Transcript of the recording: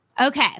Okay